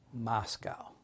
Moscow